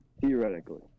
theoretically